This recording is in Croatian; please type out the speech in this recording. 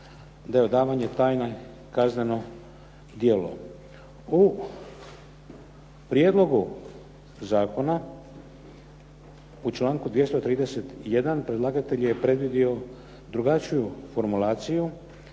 je odavanje tajne kazneno djelo. U prijedlogu zakona u članku 231. predlagatelj je predvidio drugačiju formulaciju.